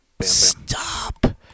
Stop